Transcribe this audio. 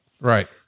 Right